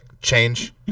change